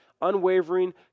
unwavering